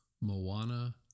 Moana